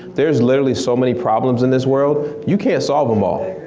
there is literally so many problems in this world, you can't solve em all.